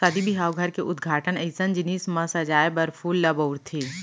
सादी बिहाव, घर के उद्घाटन अइसन जिनिस म सजाए बर फूल ल बउरथे